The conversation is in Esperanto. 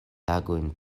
tagojn